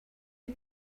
you